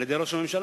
על-ידי ראש הממשלה.